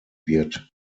wird